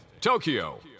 Tokyo